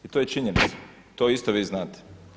I to je činjenica, to isto vi znate.